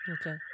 Okay